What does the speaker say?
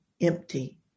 empty